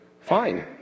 Fine